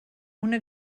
una